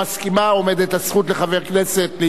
עומדת הזכות לחבר כנסת להתנגד,